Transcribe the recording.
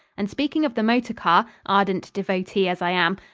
and, speaking of the motor car, ardent devotee as i am,